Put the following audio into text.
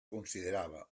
considerava